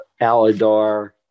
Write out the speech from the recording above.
Aladar